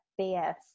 BS